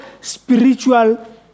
spiritual